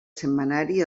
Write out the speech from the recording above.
setmanari